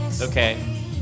Okay